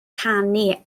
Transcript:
canu